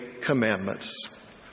commandments